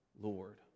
Lord